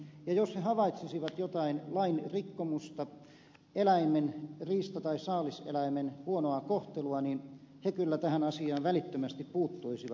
jos he havaitsisivat jotain lain rikkomusta eläimen riista tai saaliseläimen huonoa kohtelua niin he kyllä tähän asiaan välittömästi puuttuisivat